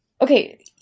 okay